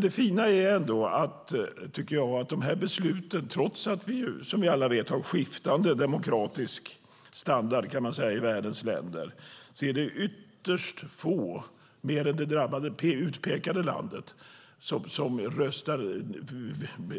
Det fina är att trots att vi, som vi alla vet, har skiftande demokratisk standard i världens länder är det ytterst få, mer än det utpekade landet, som